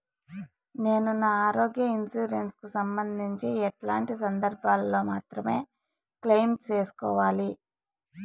నేను నా ఆరోగ్య ఇన్సూరెన్సు కు సంబంధించి ఎట్లాంటి సందర్భాల్లో మాత్రమే క్లెయిమ్ సేసుకోవాలి?